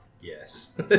Yes